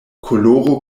koloro